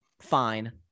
fine